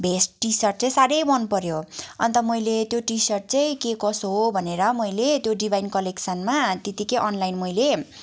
vest T shirt चाहिँ साह्रै मन पर्यो अन्त मैले त्यो टी सर्ट चाहिँ के कसो हो भनेर मैले त्यो डिभाइन कलेक्सनमा त्यतिकै अनलाइन मैले